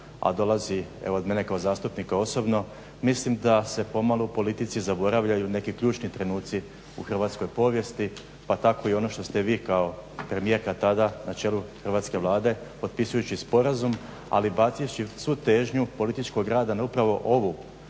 a dolazi evo od mene kao zastupnika osobno mislim da se pomalo u politici zaboravljaju neki ključni trenuci u hrvatskoj povijesti, pa tako i on što ste vi kao premijerka tada na čelu hrvatske Vlade potpisujući sporazum ali bacivši svu težnju političkog rada na upravo ovu